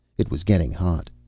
it was getting hot.